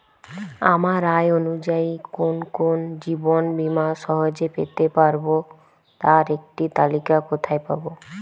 আমার আয় অনুযায়ী কোন কোন জীবন বীমা সহজে পেতে পারব তার একটি তালিকা কোথায় পাবো?